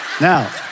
Now